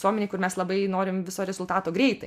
visuomenėj kur mes labai norim viso rezultato greitai